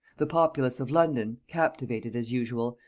the populace of london, captivated, as usual,